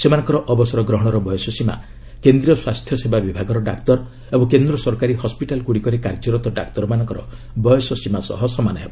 ସେମାନଙ୍କର ଅବସର ଗ୍ରହଣର ବୟସ ସୀମା କେନ୍ଦ୍ରୀୟ ସ୍ୱାସ୍ଥ୍ୟସେବା ବିଭାଗର ଡାକ୍ତର ଏବଂ କେନ୍ଦ୍ର ସରକାରୀ ହସ୍ୱିଟାଲ୍ଗୁଡ଼ିକରେ କାର୍ଯ୍ୟରତ ଡାକ୍ତରମାନଙ୍କ ବୟସ ସୀମା ସହ ସମାନ ହେବ